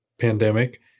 pandemic